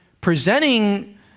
presenting